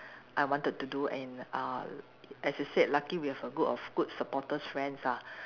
I wanted to do and uh as you said lucky we have a group of good supporters friends ah